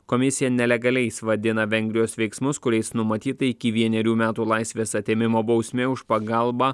komisija nelegaliais vadina vengrijos veiksmus kuriais numatyta iki vienerių metų laisvės atėmimo bausmė už pagalbą